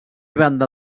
banda